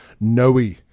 Noe